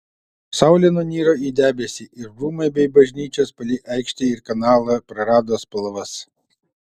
saulė nuniro į debesį ir rūmai bei bažnyčios palei aikštę ir kanalą prarado spalvas